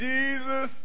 Jesus